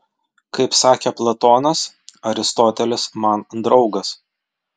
kaip sakė platonas aristotelis man draugas